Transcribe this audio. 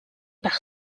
par